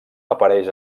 apareix